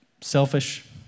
selfish